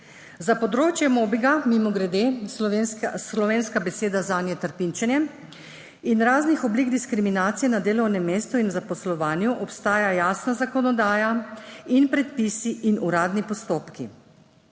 Za področje mobinga mimogrede, slovenska beseda zanje trpinčenje in raznih oblik diskriminacije na delovnem mestu in v zaposlovanju obstaja jasna zakonodaja in predpisi in uradni postopki.